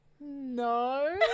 No